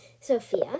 Sophia